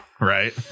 right